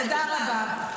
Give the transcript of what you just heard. תודה רבה.